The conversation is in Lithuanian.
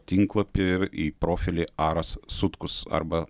tinklapį ir į profilį aras sutkus arba